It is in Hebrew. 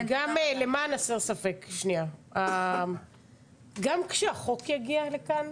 גם למען הסר ספק, גם כשהחוק יגיע לכאן,